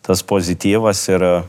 tas pozityvas ir